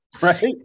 right